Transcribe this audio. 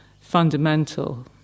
fundamental